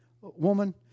woman